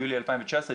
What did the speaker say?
ביולי 2019,